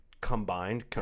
combined